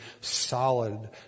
solid